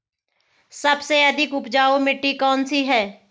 सबसे अधिक उपजाऊ मिट्टी कौन सी है?